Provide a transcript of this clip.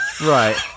right